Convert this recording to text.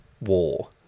war